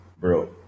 bro